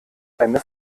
eine